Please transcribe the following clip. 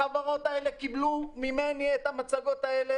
החברות האלה קיבלו ממני את המצגות האלה